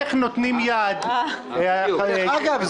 איך נותנים יד --- דרך אגב,